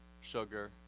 sugar